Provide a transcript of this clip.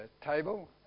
table